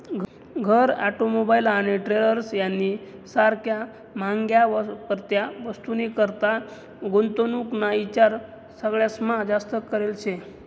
घर, ऑटोमोबाईल आणि ट्रेलर्स यानी सारख्या म्हाग्या वापरत्या वस्तूनीकरता गुंतवणूक ना ईचार सगळास्मा जास्त करेल शे